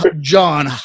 John